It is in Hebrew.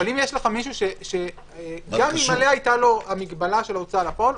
אבל אם יש לך מישהו שגם אלמלא הייתה לו המגבלה של ההוצאה לפועל,